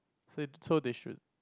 s~ so they should